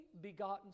begotten